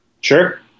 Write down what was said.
sure